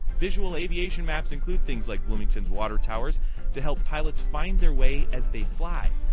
visual aviation maps include things like bloomingtonos water towers to help pilots find their way as they fly.